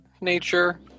nature